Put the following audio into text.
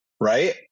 Right